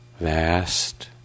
vast